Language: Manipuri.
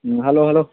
um hello hello